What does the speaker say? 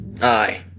Aye